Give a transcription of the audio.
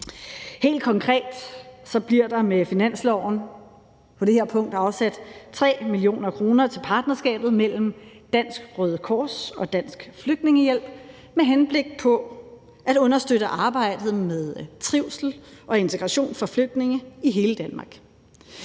Helt konkret bliver der med finansloven på det her punkt afsat 3 mio. kr. til partnerskabet mellem Dansk Røde Kors og Dansk Flygtningehjælp med henblik på at understøtte arbejdet med trivsel og integration af flygtninge i hele Danmark.